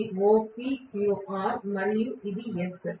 ఇది OPQR అని మరియు ఇది S